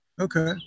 Okay